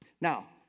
Now